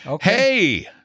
hey